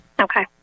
Okay